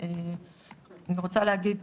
אני שמחה לפתוח את הדיון היום,